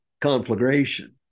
conflagration